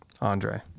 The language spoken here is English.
Andre